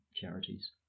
charities